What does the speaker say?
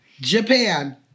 Japan